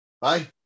Bye